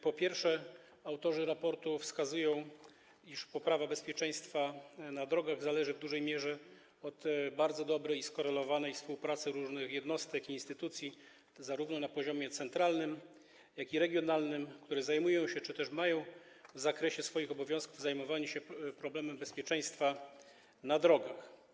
Po pierwsze, autorzy raportu wskazują, iż poprawa bezpieczeństwa na drogach zależy w dużej mierze od bardzo dobrej i skorelowanej współpracy różnych jednostek i instytucji na poziomie zarówno centralnym, jak i regionalnym, które zajmują się czy też mają w zakresie swoich obowiązków zajmowanie się problemem bezpieczeństwa na drogach.